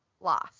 lost